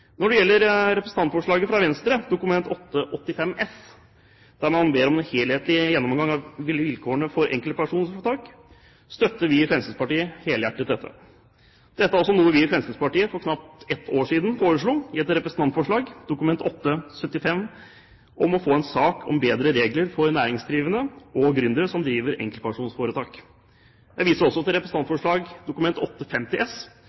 Når det gjelder representantforslaget fra Venstre, Dokument 8:85 S for 2009–1010, der man ber om en helhetlig gjennomgang av vilkårene for enkeltpersonforetak, støtter vi i Fremskrittspartiet helhjertet dette. Dette er også noe vi i Fremskrittspartiet for knapt ett år siden foreslo i et representantforslag, Dokument nr. 8:74 for 2008–2009, om å få en sak om bedre regler for næringsdrivende og gründere som driver enkeltpersonforetak. Jeg viser også til representantforslag Dokument 8:50 S